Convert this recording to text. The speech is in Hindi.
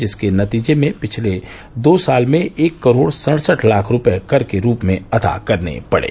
जिसके नतीजे में पिछले दो साल में एक करोड़ सड़सठ लाख रूपये कर के रूप में अदा करने पड़े